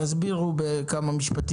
תסבירו בכמה משפטים.